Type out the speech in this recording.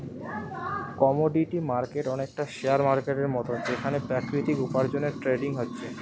commodity market অনেকটা share মার্কেটের মতন যেখানে প্রাকৃতিক উপার্জনের ট্রেডিং হচ্ছে